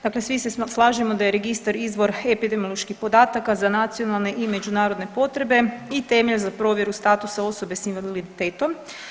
Dakle, svi se slažemo da je registar izvor epidemioloških podataka za nacionalne i međunarodne potrebe i temelj za provjeru statusa osobe s invaliditetom.